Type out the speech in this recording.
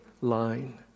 line